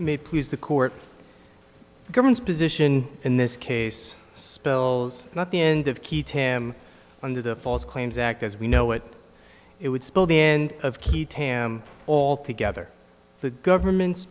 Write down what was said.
may please the court the government's position in this case spells not the end of key tim under the false claims act as we know what it would spell the end of key tam altogether the government's